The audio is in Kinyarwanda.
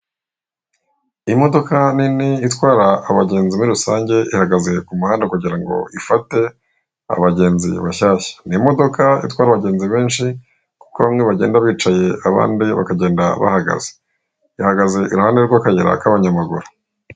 Imodoka nini itwara abagenzi muri rusange, ihagaze ku muhanda kugira ngo ifate abagenzi bashyashya. Ni imodoka itwara abagenzi banshi kuko bamwe bagenda bicaye abandi bakagenda bahagaze. Ihagaze iruhande rw'akayira k'abanyamaguru.